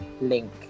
link